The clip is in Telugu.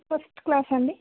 ఫస్ట్ క్లాస్ అండి